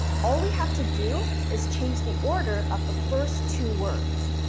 all we have to do is change the order of the first two words.